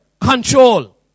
control